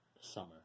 summer